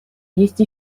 есть